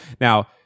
Now